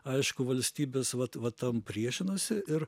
aišku valstybės vat vat tam priešinosi ir